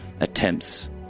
attempts